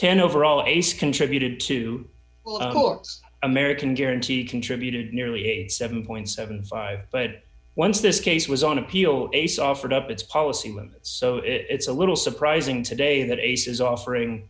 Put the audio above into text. ten overall ace contributed to american guarantee contributed nearly a seven point seven five but once this case was on appeal ace offered up its policy limits so it's a little surprising today that ace is offering